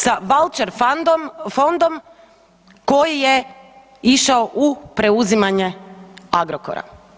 Sa vaučer fondom koji je išao u preuzimanje Agrokora.